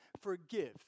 forgive